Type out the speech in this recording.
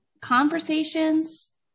conversations